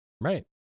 Right